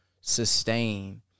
sustain